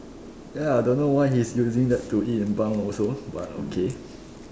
ya don't know why he's using that to eat in bunk also but okay